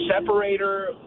separator